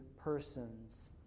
persons